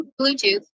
Bluetooth